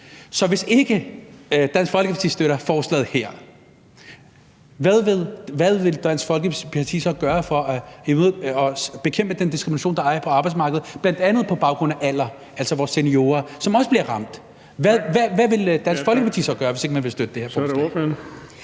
Så hvis ikke Dansk Folkeparti støtter forslaget her, hvad vil Dansk Folkeparti så gøre for at bekæmpe den diskrimination, der er på arbejdsmarkedet, bl.a. på baggrund af alder, altså vores seniorer, som også bliver ramt? Hvad vil Dansk Folkeparti så gøre, hvis ikke man vil støtte det her forslag?